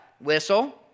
Whistle